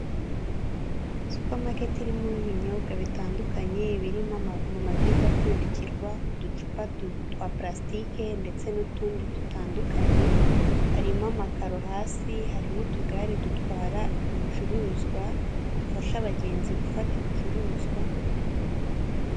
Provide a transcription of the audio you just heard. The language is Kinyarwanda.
Supamaketi irimo ibinyobwa bitandukanye biri mu mavida apfundikirwa, uducupa twa pulasitike ndetse n'utundi dutandukanye harimo amakaro hasi harimo utugare dutwara ibicuruzwa, dufasha abagenzi gufata ibicuruzwa.